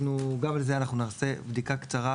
לגבי זה אנחנו גם נעשה בדיקה קצרה,